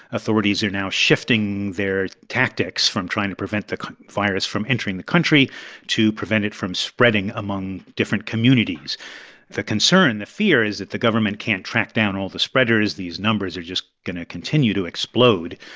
authorities are now shifting their tactics from trying to prevent the virus from entering the country to prevent it from spreading among different communities the concern, the fear is that the government can't track down all the spreaders these numbers are just going to continue to explode.